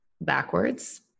backwards